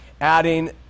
adding